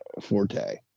forte